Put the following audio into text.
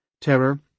terror